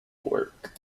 work